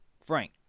frank